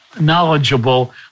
knowledgeable